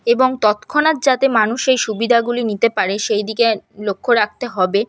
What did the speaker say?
এবং তৎক্ষণাৎ যাতে মানুষ সেই সুবিধাগুলি নিতে পারে সেই দিকে লক্ষ রাখতে হবে